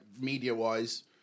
media-wise